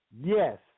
Yes